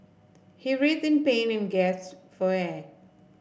he writhed in pain and gasped for air